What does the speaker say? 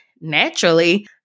naturally